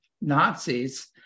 Nazis